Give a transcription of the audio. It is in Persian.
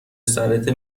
سرته